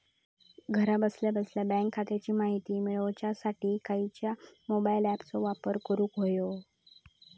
घरा बसल्या बसल्या बँक खात्याची माहिती मिळाच्यासाठी खायच्या मोबाईल ॲपाचो वापर करूक होयो?